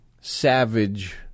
savage